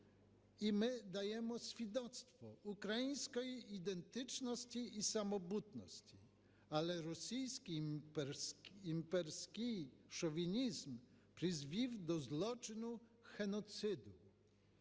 і ми надаємо свідоцтво української ідентичності і самобутності, але російський імперський шовінізм призвів до злочину – геноциду.